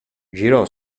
girò